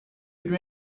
could